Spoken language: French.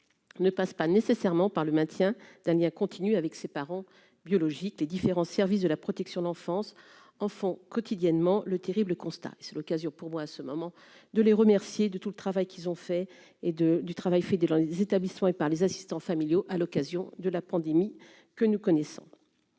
ne passe pas nécessairement par le maintien lien continue avec ses parents biologiques, les différents services de la protection de l'enfance en font quotidiennement le terrible constat et c'est l'occasion pour moi à ce moment de les remercier de tout le travail qu'ils ont fait et de du travail fait des dans les établissements et par les assistants familiaux à l'occasion de la pandémie que nous connaissons,